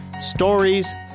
stories